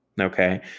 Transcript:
okay